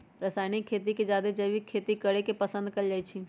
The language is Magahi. रासायनिक खेती से जादे जैविक खेती करे के पसंद कएल जाई छई